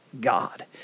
God